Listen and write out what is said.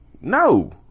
No